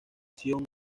acción